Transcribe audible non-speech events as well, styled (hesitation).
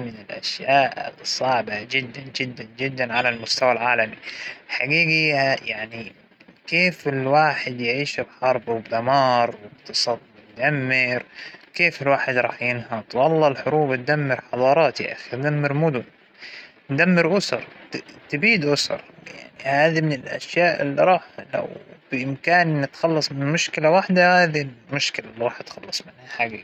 الإقتصادى سوا صار ضرر كبير على دول كثيرة جداً، (hesitation) وأنتبه إنى بحكى بعيداً عن الأوبئة، طبعاً الأوبئة الله لا يرجعها، لكن التضخم الإقتصادى هو ال (hesitation) مكمل معنا.